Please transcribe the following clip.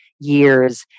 years